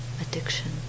addiction